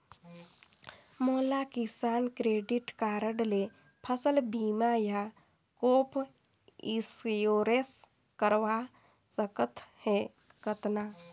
मोला Kisan credit card ले फसल बीमा या क्रॉप इंश्योरेंस करवा सकथ हे कतना?